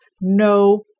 no